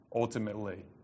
ultimately